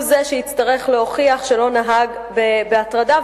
הוא זה שהצטרך להוכיח שלא נהג בהטרדה,